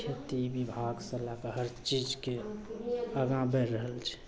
खेती विभागसे लैके हर चीजके आगाँ बढ़ि रहल छै